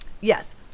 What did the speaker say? yes